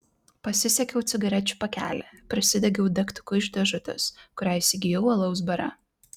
pasisiekiau cigarečių pakelį prisidegiau degtuku iš dėžutės kurią įsigijau alaus bare